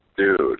Dude